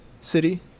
city